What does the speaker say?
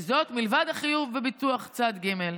וזאת, מלבד החיוב בביטוח צד ג'.